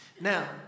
Now